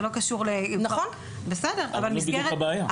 זה לא קשור --- אבל זו בדיוק הבעיה.